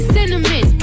Cinnamon